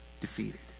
defeated